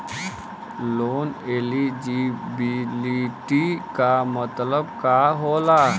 Loan eligibility का मतलब का होला?